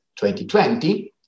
2020